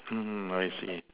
mm I see